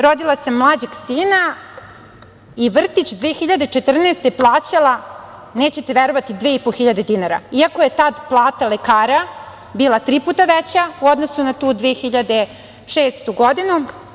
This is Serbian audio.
Rodila sam mlađeg sina i vrtić 2014. godine plaćala, nećete verovati, 2.500 dinara, iako je tada plata lekara bila tri puta veća u odnosu na tu 2006. godinu.